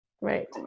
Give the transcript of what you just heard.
right